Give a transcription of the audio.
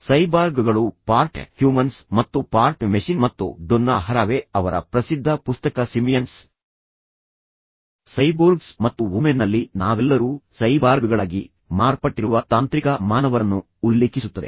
ಸೈಬಾರ್ಗ್ಗಳು part humans ಮತ್ತು part machine ಮತ್ತು Donna Haraway ಅವರ ಪ್ರಸಿದ್ಧ ಪುಸ್ತಕ ಸಿಮಿಯನ್ಸ್ ಸೈಬೋರ್ಗ್ಸ್ ಮತ್ತು ವುಮೆನ್ನಲ್ಲಿ ನಾವೆಲ್ಲರೂ ಸೈಬಾರ್ಗ್ಗಳಾಗಿ ಮಾರ್ಪಟ್ಟಿರುವ ತಾಂತ್ರಿಕ ಮಾನವರನ್ನು ಉಲ್ಲೇಖಿಸುತ್ತದೆ